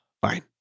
Fine